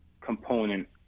component